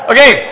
Okay